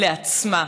לעצמה.